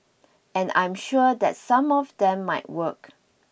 and I'm sure that some of them might work